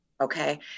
Okay